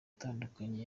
atandukanye